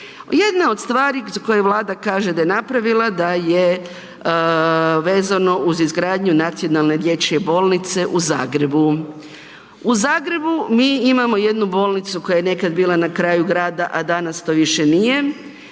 Jedna od stvari za koje Vlada kaže da je napravila da je vezano uz izgradnju nacionalne dječje bolnice u Zagrebu. U Zagrebu mi imamo jednu bolnicu koja je nekad bila na kraju grada, a danas to više nije,